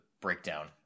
breakdown